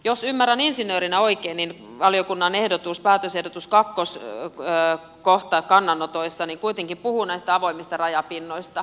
jos ymmärrän insinöörinä oikein niin valiokunnan päätösehdotus kakkoskohta kannanotoissa kuitenkin puhuu näistä avoimista rajapinnoista